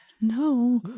no